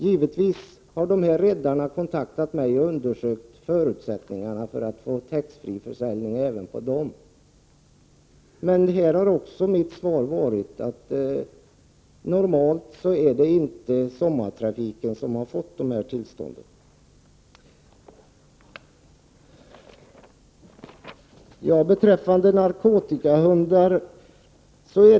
Givetvis har redarna kontaktat mig och hört sig för om möjligheterna att få tillstånd att ha tax free-försäljning även på dessa båtar. Men också här har jag svarat att det normala är att sommartrafiken inte får tillstånd att ha tax free-försäljning. Så något om narkotikahundarna.